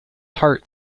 heart